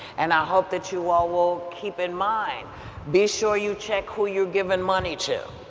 and i hope that you all will keep in mind be sure you check who you're giving money to.